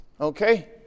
Okay